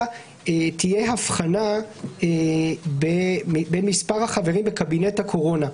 תהיה הבחנה בין מספר החברים בקבינט הקורונה.